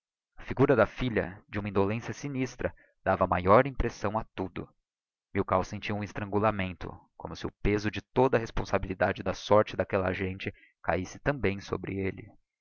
a figura da filha de uma indolência sinistra dava maior oppressão a tudo milkau sentia um estrangulamento como si o peso de toda a responsabilidade da sorte d'aquella gente cahisse também sobre elle